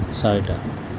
চাৰিটা